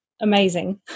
amazing